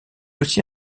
aussi